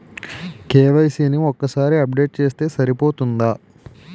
KYC ని ఒక్కసారి update చేస్తే సరిపోతుందా?